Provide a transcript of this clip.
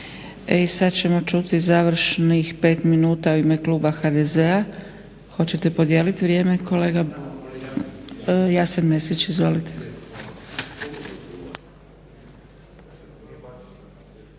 sada ćemo čuti završnih pet minuta u ime kluba HDZ-a. Hoćete podijeliti vrijeme